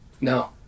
No